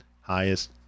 highest